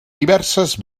diverses